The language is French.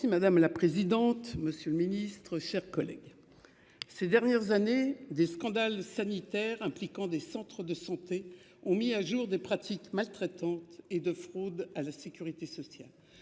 madame la présidente. Monsieur le Ministre, chers collègues. Ces dernières années des scandales sanitaires impliquant des centres de santé ont mis à jour des pratiques maltraitante et de fraude à la sécurité sociale.